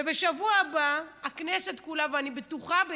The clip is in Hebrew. ובשבוע הבא הכנסת כולה, ואני בטוחה בכך,